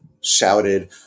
shouted